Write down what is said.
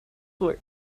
were